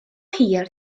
hir